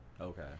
okay